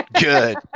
Good